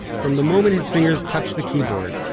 from the moment his fingers touched the keyboard,